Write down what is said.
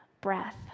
breath